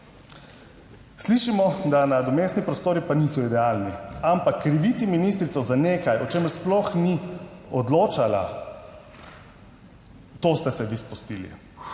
Slišimo, da nadomestni prostori pa niso idealni, ampak kriviti ministrico za nekaj o čemer sploh ni odločala, v to ste se vi spustili.